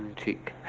cheek